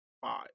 five